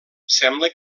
sembla